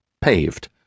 paved